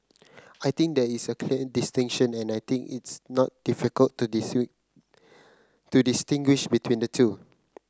I think there is clear distinction and I think it's not difficult to to distinguish between the two